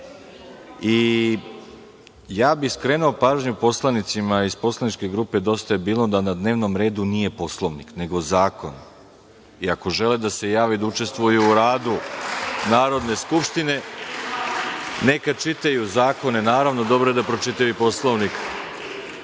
i ja bih skrenuo pažnju poslanicima iz poslaničke grupe DJB da na dnevnom redu nije Poslovnik nego zakon i ako žele da se jave i učestvuju u radu Narodne skupštine neka čitaju zakone. Naravno, dobro je da pročitaju i